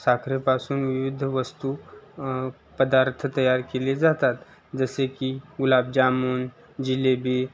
साखरेपासून विविध वस्तू पदार्थ तयार केले जातात जसे की गुलाबजामून जिलेबी